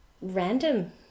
random